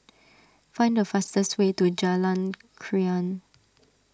find the fastest way to Jalan Krian